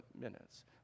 minutes